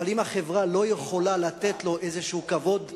אבל אם החברה לא יכולה לתת לו איזשהו כבוד,